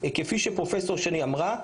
כפי שפרופ' שני אמרה,